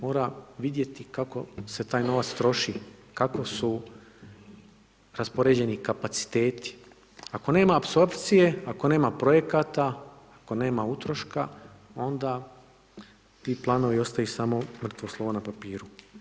Mora vidjeti kako se taj novac troši, kako su raspoređeni kapaciteti, ako nema apsorpcije, ako nema projekata, ako nema utroška, onda ti planovi ostaju samo mrtvo slovo na papiru.